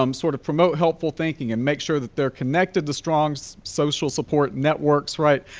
um sort of promote helpful thinking and make sure that they're connected to strong so social support networks, right?